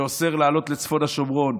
שאוסר לעלות לצפון השומרון,